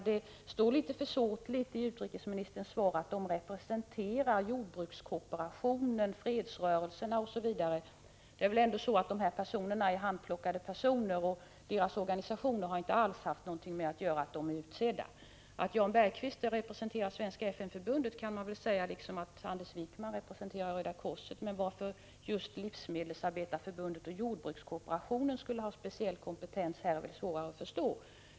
Det framhölls litet försåtligt i utrikesministerns svar att den har ledamöter från jordbrukskooperationen, fredsrörelserna osv. Det är väl ändå fråga om handplockade personer, och deras organisationer har inte alls haft något att göra med deras tillsättning. Man kan väl säga att Jan Bergqvist representerar Svenska FN-förbundet, liksom Anders Wijkman Röda korset, men varför just Livsmedelsarbetareförbundet och jordbrukskooperationen skulle ha speciell kompetens i detta sammanhang är svårare att förstå.